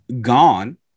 gone